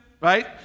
right